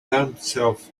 himself